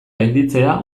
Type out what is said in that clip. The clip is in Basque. gainditzea